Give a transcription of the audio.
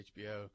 HBO